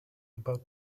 about